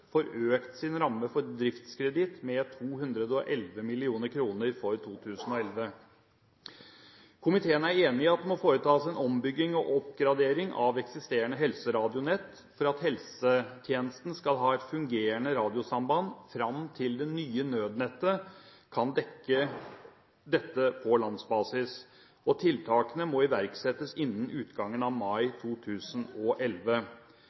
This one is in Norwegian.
får økt sin ramme for driftskreditt med 211 mill. kr for 2011. Komiteen er enig i at det må foretas en ombygging og oppgradering av eksisterende helseradionett for at helsetjenesten skal ha et fungerende radiosamband fram til det nye nødnettet kan dekke dette på landsbasis, og tiltakene må iverksettes innen utgangen av